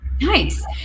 Nice